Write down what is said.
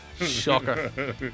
Shocker